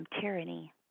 tyranny